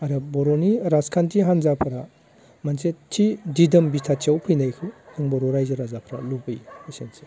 आरो बर'नि राजखान्थि हानजाफोरा मोनसे थि दिदोम बिथाथियाव फैनायखौ जों बर' रायजो रायजाफ्रा लुगैयो एसेनोसै